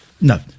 no